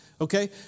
okay